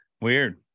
weird